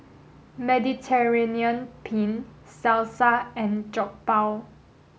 Mediterranean Penne Salsa and Jokbal